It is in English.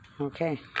Okay